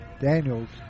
Daniels